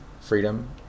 freedom